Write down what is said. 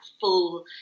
full